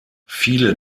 viele